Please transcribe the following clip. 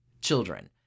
children